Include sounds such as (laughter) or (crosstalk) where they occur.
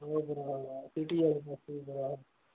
(unintelligible)